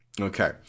Okay